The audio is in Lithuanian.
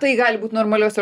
tai gali būt normaliuose